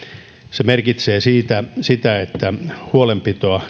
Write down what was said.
se merkitsee sitä että huolenpitoa